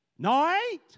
night